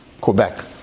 Quebec